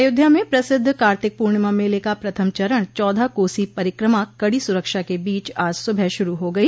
अयोध्या में प्रसिद्द कार्तिक पूर्णिमा मेले का प्रथम चरण चौदह कोसी परिक्रमा कड़े सुरक्षा के बीच आज सुबह शुरू हो गई